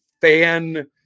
fan